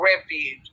refuge